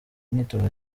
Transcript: imyitozo